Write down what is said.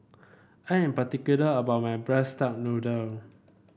I am particular about my braise Duck Noodle